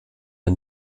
der